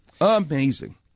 Amazing